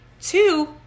Two